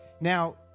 Now